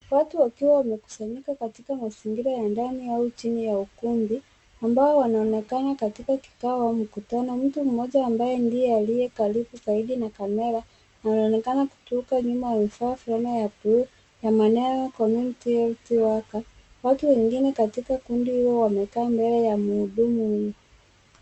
Watu wakiwa wamekusanyika katika mazingira ya ndani au chini ya ukumbi ambao wanaonekana katika kikao au mkutano. Mtu mmoja ambaye ndiye aliye karibu zaidi na kamera anaonekana kutoka nyuma ya rufaa fulana ya bluu ya maneno Community Health Worker . Watu wengine katika kundi hilo wamekaa mbele ya mhudumu huyo.